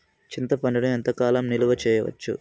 చింతపండును ఎంత కాలం నిలువ చేయవచ్చు?